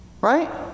right